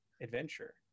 Adventure